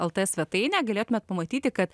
lt svetainę galėtumėt pamatyti kad